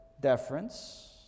deference